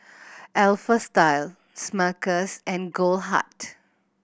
Alpha Style Smuckers and Goldheart